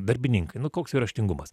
darbininkai nu koks gi raštingumas